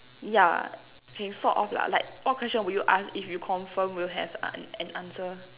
yeah K sort of lah like what question will you ask if you confirm will have uh an answer